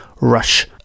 rush